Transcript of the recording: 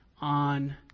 on